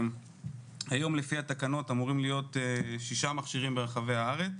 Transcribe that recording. היום לפי התקנות אמורים להיות 6 מכשירים ברחבי הארץ,